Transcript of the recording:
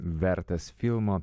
vertas filmo